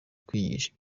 kwigisha